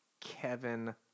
Kevin